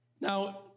Now